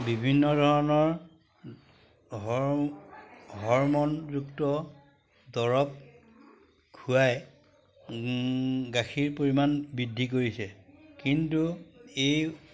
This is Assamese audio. বিভিন্ন ধৰণৰ হৰমনযুক্ত দৰব খুৱাই গাখীৰ পৰিমাণ বৃদ্ধি কৰিছে কিন্তু এই